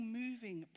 moving